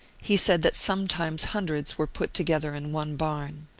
he said that sometimes hundreds were put together in one barn.